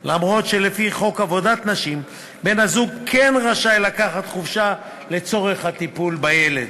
אף שלפי חוק עבודת נשים בן-הזוג כן רשאי לקחת חופשה לצורך הטיפול בילד.